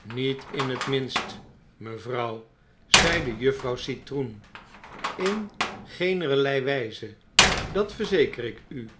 niet in het minst mevrouw zei juffrouw citroen in geenerlei wijze dat verzeker ik u